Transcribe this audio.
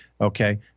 Okay